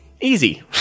easy